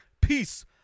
peace